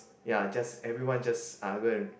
ya just everyone just are go and